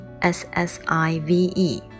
S-S-I-V-E